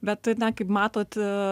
bet na kaip matot